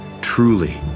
Truly